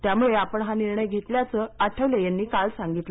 त्यामुळे आपण हा निर्णय घेतल्याचं आठवले यांनी काल सांगितलं